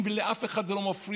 ולאף אחד זה לא מפריע,